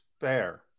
fair